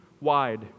wide